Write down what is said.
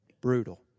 brutal